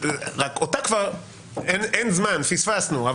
רק אותה כבר אין זמן פספסנו,